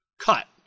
cut